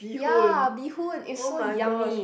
ya bee hoon is so yummy